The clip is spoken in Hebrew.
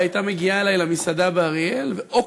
היא הייתה מגיעה אלי למסעדה באריאל ואו